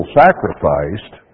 sacrificed